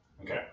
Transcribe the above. Okay